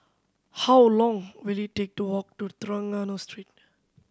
how long will it take to walk to Trengganu Street